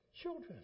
children